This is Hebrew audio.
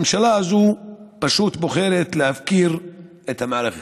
הממשלה הזאת פשוט בוחרת להפקיר את המערכת,